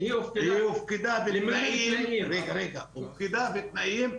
היא הופקדה בתנאים,